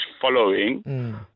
following